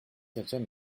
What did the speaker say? étienne